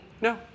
No